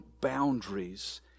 boundaries